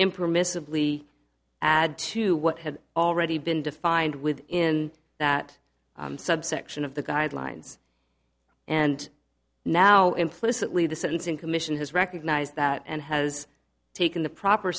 impermissibly add to what had already been defined within that subsection of the guidelines and now implicitly the sentencing commission has recognized that and has taken the proper